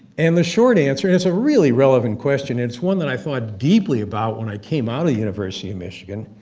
and the short answer, and it's a really relevant question, it's one that i thought deeply about when i came out of the university of michigan.